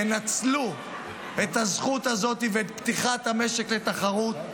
תנצלו את הזכות הזאת ואת פתיחת המשק לתחרות,